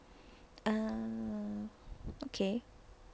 ah okay